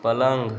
पलंग